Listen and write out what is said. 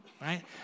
right